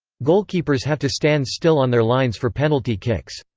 goalkeepers have to stand still on their lines for penalty kicks.